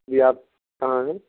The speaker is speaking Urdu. جی آپ کہاں ہیں